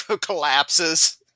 collapses